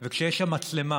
וכשיש מצלמה,